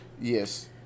Yes